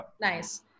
Nice